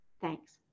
Thanks